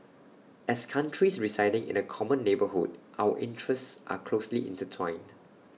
as countries residing in A common neighbourhood our interests are closely inter toyed